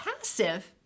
passive